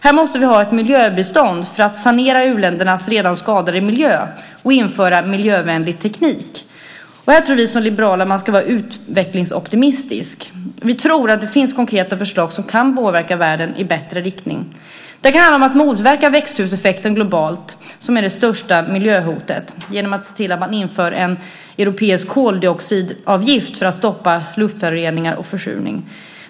Här måste vi ha ett miljöbistånd för att sanera u-ländernas redan skadade miljö och införa miljövänlig teknik. Här tror vi liberaler att man ska vara utvecklingsoptimistisk. Vi tror att det finns konkreta förslag som kan påverka världen i bättre riktning. Det kan handla om att motverka växthuseffekten globalt, som är det största miljöhotet, genom att se till att man inför en europeisk koldioxidavgift för att stoppa luftföroreningar och försurning.